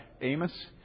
Amos